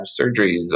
surgeries